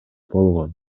болгон